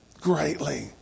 Greatly